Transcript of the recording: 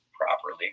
properly